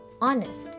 honest